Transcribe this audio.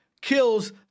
kills